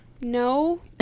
No